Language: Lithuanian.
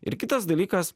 ir kitas dalykas